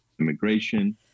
immigration